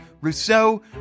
Rousseau